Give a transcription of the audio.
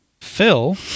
Phil